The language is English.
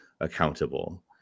accountable